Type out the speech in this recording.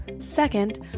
Second